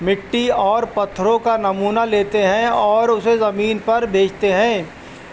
مٹی اور پتھروں کا نمونہ لیتے ہیں اور اسے زمین پر بیچتے ہیں